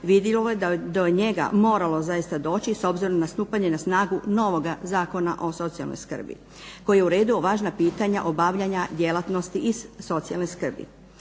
vidljivo je da je do njega moralo zaista doći s obzirom na stupanje na snagu novoga Zakona o socijalnoj skrbi koji je uredio važna pitanja obavljanja djelatnosti iz socijalne skrbi.